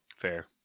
Fair